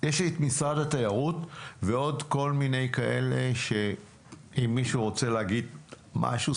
יש לי את משרד התיירות ועוד כל מיני כאלה שאם מישהו רוצה להגיד משהו,